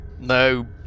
No